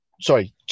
sorry